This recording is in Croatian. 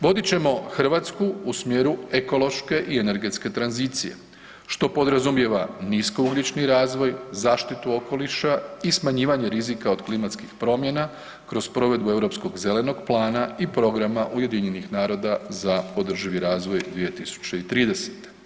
Vodit ćemo Hrvatsku u smjeru ekološke i energetske tranzicije što podrazumijeva nisko-ugljični razvoj, zaštitu okoliša i smanjivanje rizika od klimatskim promjena kroz provedbu Europskog zelenog plana i Programa UN-a za održivi razvoj 2030.